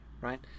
right